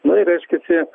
nu ir reiškiasi